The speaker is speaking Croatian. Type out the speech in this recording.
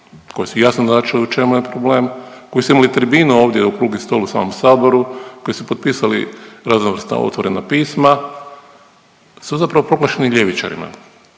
koji su jasno naznačili u čemu je problem, koji su imali tribinu ovdje okrugli stol u samom saboru, koji su potpisali raznovrsna otvorena pisma su zapravo proglašeni ljevičarima.